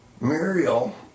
Muriel